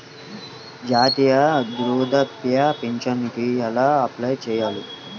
జాతీయ వృద్ధాప్య పింఛనుకి ఎలా అప్లై చేయాలి?